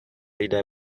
lidé